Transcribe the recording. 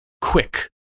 quick